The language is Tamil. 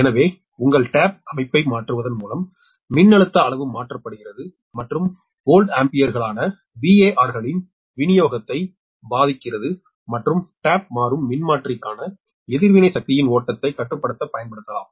எனவே உங்கள் டேப் அமைப்பை மாற்றுவதன் மூலம் மின்னழுத்த அளவு மாற்றப்படுகிறது மற்றும் வோல்ட் ஆம்பியர்களான VAR களின் விநியோகத்தை பாதிக்கிறது மற்றும் டேப் மாறும் மின்மாற்றிக்கான எதிர்வினை சக்தியின் ஓட்டத்தை கட்டுப்படுத்த பயன்படுத்தப்படலாம்